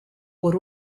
por